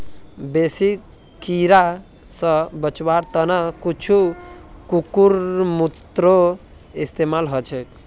बेसी कीरा स बचवार त न कुछू कुकुरमुत्तारो इस्तमाल ह छेक